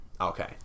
Okay